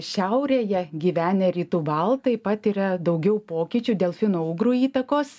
šiaurėje gyvenę rytų baltai patiria daugiau pokyčių dėl finougrų įtakos